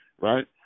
right